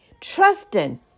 Trusting